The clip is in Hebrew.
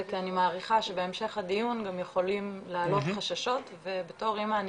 כי אני מעריכה שבהמשך הדיון גם יכולים לעלות חששות ובתור אמא אני